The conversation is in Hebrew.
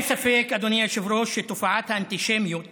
אין ספק, אדוני היושב-ראש, שתופעת האנטישמיות